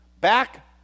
back